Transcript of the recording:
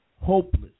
hopeless